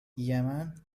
یمن